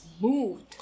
moved